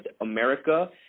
America